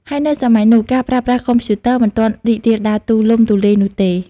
ហើយនៅសម័យនោះ ការប្រើប្រាស់កុំព្យូទ័រមិនទាន់រីករាលដាលទូលំទូលាយនោះទេ។